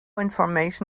information